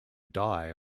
die